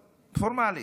פורמלית,